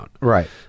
Right